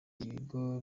ibigo